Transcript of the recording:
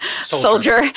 soldier